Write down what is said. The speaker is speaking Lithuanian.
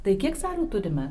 tai kiek salių turime